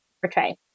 portray